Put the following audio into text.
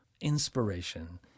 inspiration